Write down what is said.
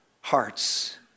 hearts